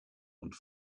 und